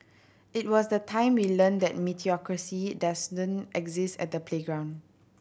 it was the time we learnt that meritocracy doesn't exist at the playground